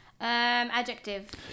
Adjective